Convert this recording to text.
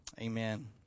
Amen